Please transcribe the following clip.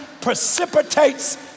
precipitates